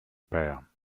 pair